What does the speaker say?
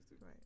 Right